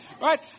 Right